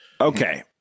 okay